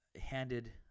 handed